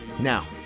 Now